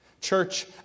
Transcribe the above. Church